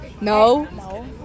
No